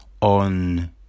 On